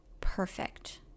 perfect